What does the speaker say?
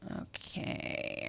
Okay